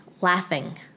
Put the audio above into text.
laughing